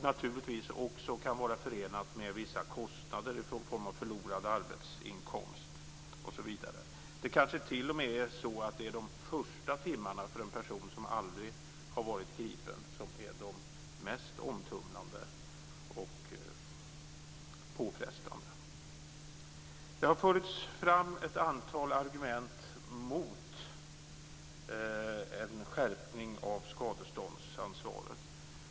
Naturligtvis kan det också vara förenat med vissa kostnader i form av förlorad arbetsinkomst osv. Det kanske t.o.m. är så att det är de första timmarna som för en person som aldrig varit gripen är mest omtumlande och påfrestande. Det har förts fram ett antal argument mot en skärpning av skadeståndsansvaret.